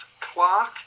Clark